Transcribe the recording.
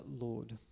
Lord